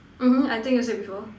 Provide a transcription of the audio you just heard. mmhmm I think you said before